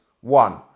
One